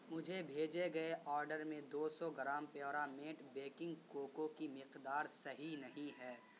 مجھے بھیجے گئے آڈر میں دو سو گرام پیورامیٹ بیکنگ کوکو کی مقدار صحیح نہیں ہے